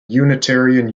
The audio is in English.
unitarian